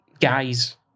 guys